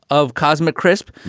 of cosmic crisp.